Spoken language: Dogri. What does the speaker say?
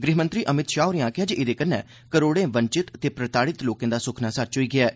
गृह मंत्री अमित शाह होरें आखेआ जे एह्दे कन्नै करोड़े वंचित ते प्रताडित लोकें दा सुक्खना सच होई गेआ ऐ